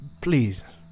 Please